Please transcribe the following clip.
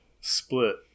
split